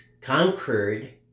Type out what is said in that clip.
conquered